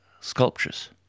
sculptures